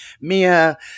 Mia